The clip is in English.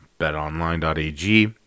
betonline.ag